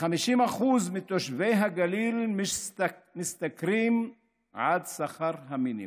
50% מתושבי הגליל משתכרים עד שכר המינימום.